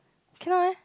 cannot eh